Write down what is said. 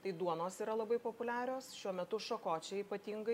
tai duonos yra labai populiarios šiuo metu šakočiai ypatingai